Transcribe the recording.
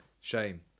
Shame